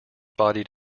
bodied